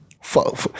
Fuck